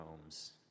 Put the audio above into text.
homes